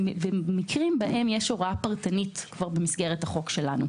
ומקרים בהם יש הוראה פרטנית כבר במסגרת החוק שלנו.